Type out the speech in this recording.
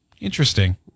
Interesting